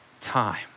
time